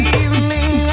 evening